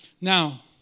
Now